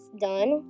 done